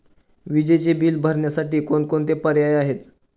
विजेचे बिल भरण्यासाठी कोणकोणते पर्याय आहेत?